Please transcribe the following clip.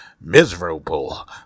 Miserable